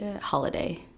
holiday